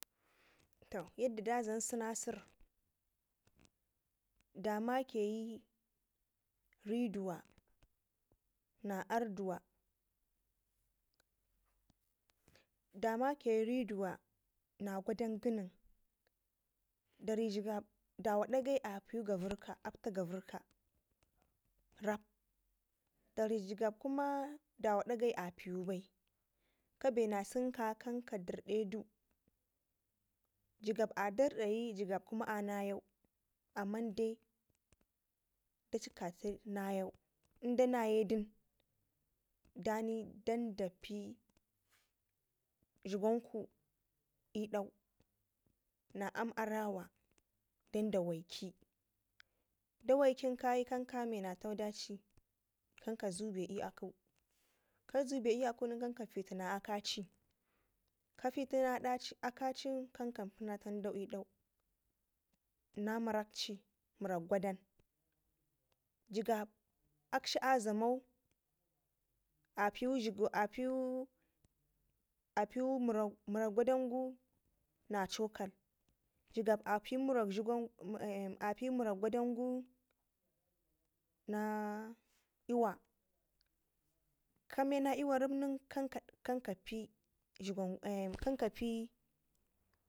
To yadda da dlam sinaser da maƙayi riduwa na anduwa, da makayi riduwa na gwadan ganin da rijigab dawa ɗakai api gauərrka apta gauərrka rab da ri jigab kum dawa dakai apiwu bai kabena sin kan ka aterdedu jibag a derdeyi jigab kuma a nayau amman dedacikatu nayau indai da nayedun dani dan da pi dlugwangu i'dau na aam arawa danda waike da waikən ka ya kan kame na tandaci kan ka zuwe be i'akugu kazuwe be i'aku gən kan kafiti na akaci kafitina akacinkan kanpina tandau idau na murakci murak gwadan jigab akshi azamau apiwu apiwu apiwu murak murak gwadangu na cocal, jigab api murak gwadangu na api murak gwadangu da na iwa kamena iwa rap nen kan kan kapi jigan kan kapi